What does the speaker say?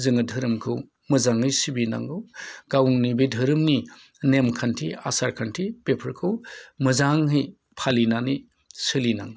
जोङो धोरोमखौ मोजाङै सिबिनांगौ गावनि बे दोरोमनि नेमखान्थि आसारखान्थि बेफोरखौ मोजांहै फालिनानै सोलिनांगौ